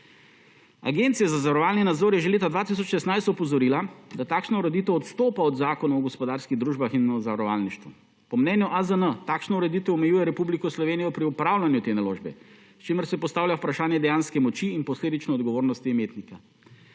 Agencija za zavarovalni nadzor je že leta 2016 opozorila, da takšna ureditev odstopa od Zakona o gospodarskih družbah in o zavarovalništvu. Po mnenju AZN takšna ureditev omejuje Republiko Slovenijo pri opravljanju te naložbe, s čimer se postavlja vprašanje dejanske moči in posledično odgovornosti imetnika.